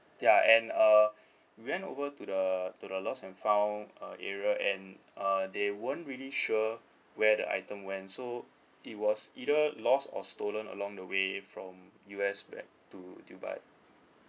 ya and uh we went over to the to the lost and found uh area and uh they won't really sure where the item went so it was either lost or stolen along the way from U_S back to dubai